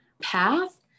path